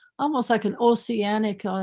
almost like an oceanic